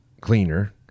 cleaner